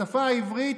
בשפה העברית,